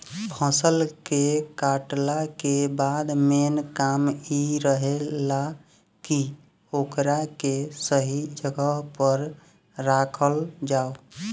फसल के कातला के बाद मेन काम इ रहेला की ओकरा के सही जगह पर राखल जाव